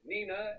Nina